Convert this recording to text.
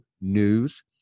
news